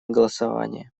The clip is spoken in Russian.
голосование